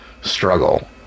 struggle